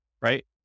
right